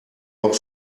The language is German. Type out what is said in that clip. auch